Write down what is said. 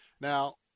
Now